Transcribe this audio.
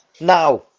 Now